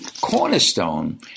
cornerstone